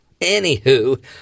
Anywho